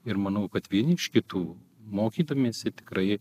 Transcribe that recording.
ir manau kad vieni iš kitų mokydamiesi tikrai